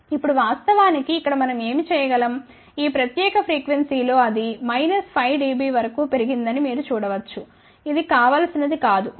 ఇప్పుడు వాస్తవానికి ఇక్కడ మనం ఏమి చేయగలం ఈ ప్రత్యేక ఫ్రీక్వెన్సీలో అది మైనస్ 5 డిబి వరకు పెరిగిందని మీరు చూడవచ్చు ఇది కావాల్సినది కాదు